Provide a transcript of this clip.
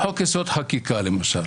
חוק-יסוד: החקיקה למשל,